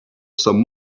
some